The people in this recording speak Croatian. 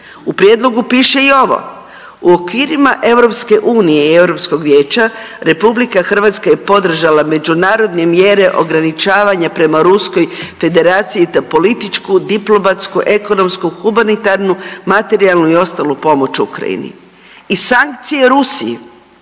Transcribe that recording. U Prijedlogu piše i ovo, u okvirima EU i EU vijeća, RH je podržala međunarodne mjere ograničavanja prema Ruskoj Federaciji te političku, diplomatsku, ekonomsku, humanitarnu, materijalnu i ostalu pomoć Ukrajini i sankcije Rusiji,